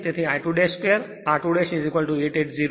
તેથી I2 2 r2880